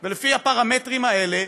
רופא טיפוסי,